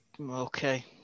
Okay